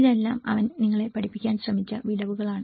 ഇതെല്ലാം അവൻ നിങ്ങളെ പഠിപ്പിക്കാൻ ശ്രമിച്ച വിടവുകളാണ്